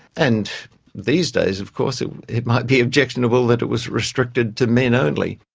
and these days of course it it might be objectionable that it was restricted to men only.